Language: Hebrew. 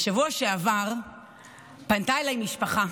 בשבוע שעבר פנתה אליי משפחה.